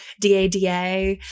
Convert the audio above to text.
DADA